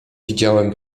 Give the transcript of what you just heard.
widziałem